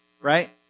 right